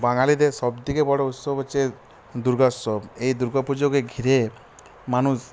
বাঙালিদের সবথেকে বড়ো উৎসব হচ্ছে দুর্গোৎসব এই দুর্গাপুজোকে ঘিরে মানুষ